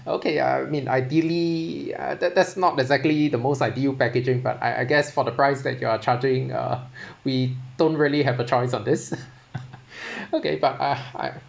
okay I mean ideally uh that that's not exactly the most ideal packaging but I I guess for the price that you are charging uh we don't really have a choice on this okay but I